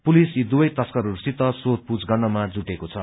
police यी दुवै तश्करहरूसित सोधपूछ गर्नमा जुटेको छ